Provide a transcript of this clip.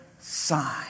sign